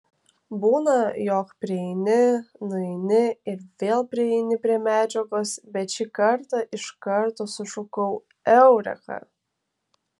būna jog prieini nueini ir vėl prieini prie medžiagos bet šį kartą iš karto sušukau eureka